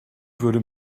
würde